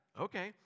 okay